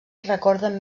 recorden